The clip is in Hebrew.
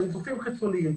שהן גופים חיצוניים,